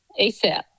asap